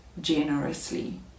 generously